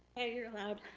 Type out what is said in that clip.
ah you're allowed.